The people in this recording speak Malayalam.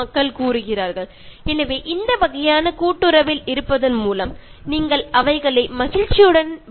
അതിനാൽ ഇത്തരത്തിലുള്ള ഒരു സഹജീവി പരമായ ബന്ധമുണ്ടാക്കുന്നതിനോടൊപ്പം അവയെ സന്തോഷമായി ജീവിക്കാനും സഹായിക്കുന്നു